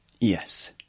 Yes